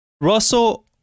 Russell